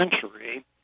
century